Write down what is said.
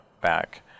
back